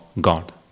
God